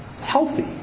healthy